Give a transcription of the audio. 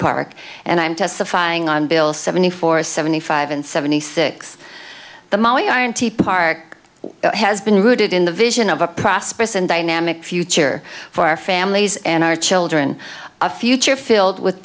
park and i'm testifying on bill seventy four seventy five and seventy six the money aren t park has been rooted in the vision of a prosperous and dynamic future for our families and our children a future filled with